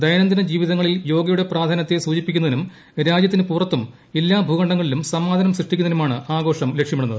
ദൈനംദിന ജീവിതങ്ങളിൽ യോഗയുടെ പ്രാധാന്യത്തെ സൂചിപ്പിക്കുന്നതിനും രാജ്യത്തിനു പുറത്തും എല്ലാ ഭൂഖണ്ഡങ്ങളിലും സമാധാനം സൃഷ്ടിക്കുന്നതിനുമാണ് ആഘോഷം ലക്ഷ്യമിടുന്നത്